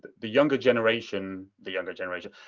the the younger generation. the younger generation.